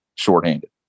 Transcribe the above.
shorthanded